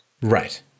Right